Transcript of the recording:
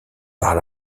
par